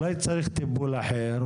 אולי צריך טיפול אחר?